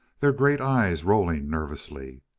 their great eyes rolling nervously.